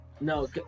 no